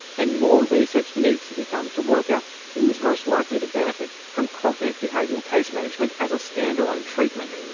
and more research needs to be done to work out who is most likely to benefit from cognitive behavioural case management as a standalone treatment.